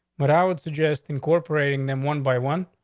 but i would suggest incorporating them one by one.